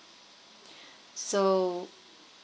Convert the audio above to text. so